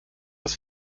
das